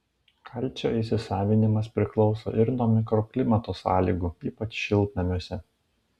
kalcio įsisavinimas priklauso ir nuo mikroklimato sąlygų ypač šiltnamiuose